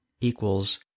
equals